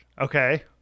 Okay